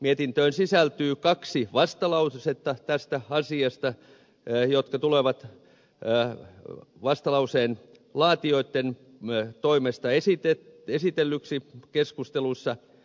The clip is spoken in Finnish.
mietintöön sisältyy kaksi vastalausetta tästä asiasta jotka tulevat vastalauseen laatijoiden toimesta esitellyiksi keskustelussa